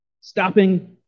Stopping